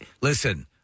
listen